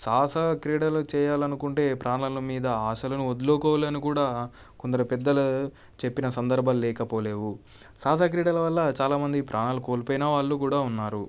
సాహస క్రీడలు చేయాలనుకుంటే ప్రాణాల మీద ఆశలను వదులుకోవాలని కూడా కొందరు పెద్దలు చెప్పిన సందర్భాలు లేకపోలేవు సాహస క్రీడల వల్ల చాలామంది ప్రాణాలు కోల్పోయిన వాళ్ళు కూడా ఉన్నారు